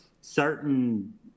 certain